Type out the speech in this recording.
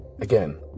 again